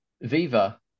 Viva